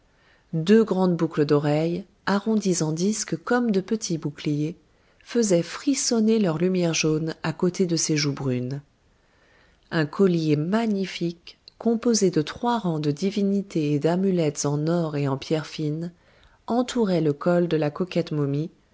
deux grandes boucles d'oreilles arrondies en disques comme de petits boucliers faisaient frissonner leur lumière jaune à côté de ses joues brunes un collier magnifique composé de trois rangs de divinités et d'amulettes en or et en pierres fines entourait le col de la coquette momie